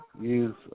use